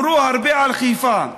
דיברו הרבה על חיפה.